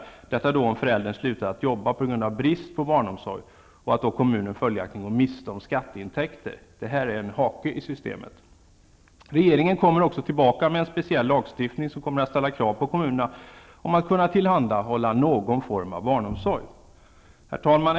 Detta inträffar om föräldern slutar att jobba på grund av brist på barnomsorg, varvid kommunen går miste om skatteintäkter. Detta är en hake i systemet. Regeringen kommer också tillbaka med en speciell lagstiftning, som kommer att ställa krav på kommunerna att kunna tillhandhålla någon form av barnomsorg. Herr talman!